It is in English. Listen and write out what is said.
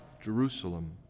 Jerusalem